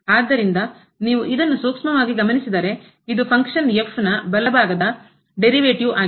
ಆದ್ದರಿಂದ ನೀವು ಇದನ್ನು ಸೂಕ್ಷ್ಮವಾಗಿ ಗಮನಿಸಿದರೆ ಇದು ಫಂಕ್ಷನ್ f ನ ಬಲಭಾಗದ derivative ಆಗಿದೆ ಉತ್ಪನ್ನವಾಗಿದೆ